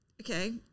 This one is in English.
Okay